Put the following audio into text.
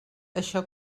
això